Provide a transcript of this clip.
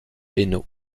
hainaut